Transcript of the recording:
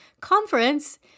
Conference